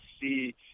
see